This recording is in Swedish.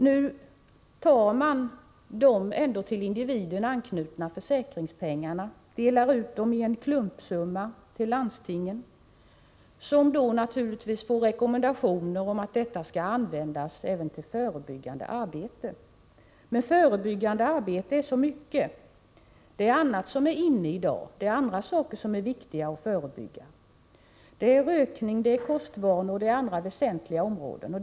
Nu tar man de ändå till individerna anknutna försäkringspengarna och delar ut dem i en klumpsumma till landstingen, som då naturligtvis får rekommendationer att använda medlen även till förebyggande arbete. Men förebyggande arbete är så mycket. Det är annat som är inne i dag. Det är andra saker som det är viktigt att förebygga. Här kommer rökning, kostvanor och andra väsentliga områden in.